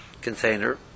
container